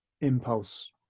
impulse